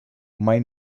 mai